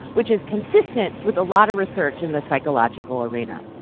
which is consistent with a lot of research in the psychological arena.